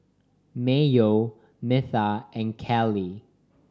Mayo Metha and Kelli